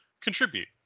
contribute